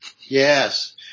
Yes